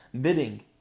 bidding